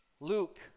Luke